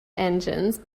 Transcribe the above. engines